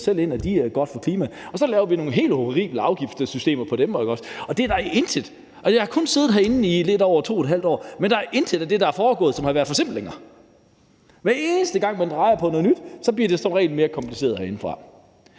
selv ind, at de er gode for klimaet, og så laver vi nogle helt horrible afgiftssystemer for dem. Jeg har kun siddet herinde i lidt over 2½ år, men der er intet af det, der er foregået, som har været forsimplinger. Hver eneste gang man drejer på noget og laver noget nyt herinde, bliver det som regel mere kompliceret.